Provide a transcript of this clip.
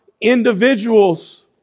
individuals